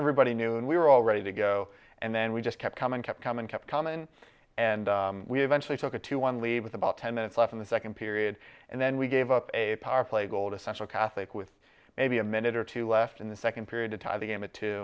everybody knew and we were all ready to go and then we just kept coming kept coming kept common and we eventually took a two one lead with about ten minutes left in the second period and then we gave up a power play goal to central catholic with maybe a minute or two left in the second period to tie the game at t